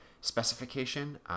specification